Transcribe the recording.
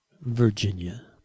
Virginia